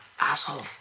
Asshole